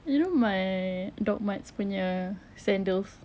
you know my dock marts punya sandals